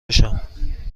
میشم